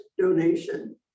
donation